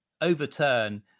overturn